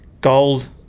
gold